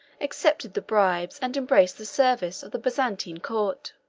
accepted the bribes, and embraced the service, of the byzantine court.